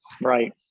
Right